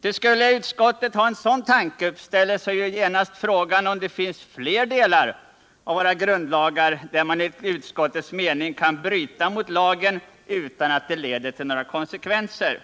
Ty skulle utskottet ha en sådan tanke, uppställer sig genast frågan om det finns fler delar av våra "grundlagar, där man enligt utskottets mening kan bryta mot lagen utan att det leder till några konsekvenser.